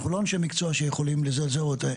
אנחנו לא אנשי מקצוע שיכולים לזהות.